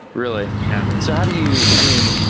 really? yeah. so how do you, i mean,